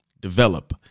develop